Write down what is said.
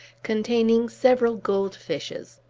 containing several goldfishes.